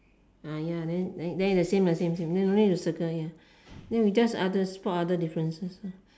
ya then the same same don't need to circle then we just others spot other difference